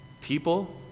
People